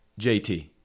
JT